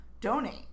donate